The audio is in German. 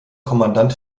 kommandant